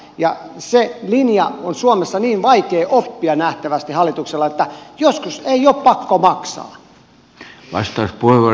ja se linja on nähtävästi hallituksen suomessa vaikea oppia että joskus ei ole pakko maksaa